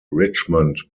richmond